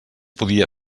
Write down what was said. podia